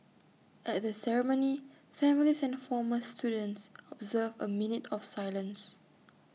at the ceremony families and former students observed A minute of silence